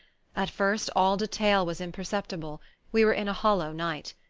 at first all detail was imperceptible we were in a hollow night.